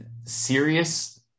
serious